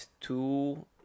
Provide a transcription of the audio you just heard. two